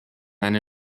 eine